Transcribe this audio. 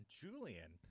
Julian